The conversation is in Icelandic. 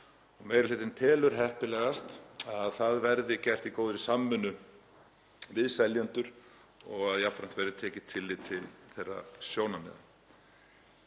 Meiri hlutinn telur heppilegast að það verði gert í góðri samvinnu við seljendur og að jafnframt verði tekið tillit til þeirra sjónarmiða.